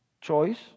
choice